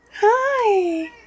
Hi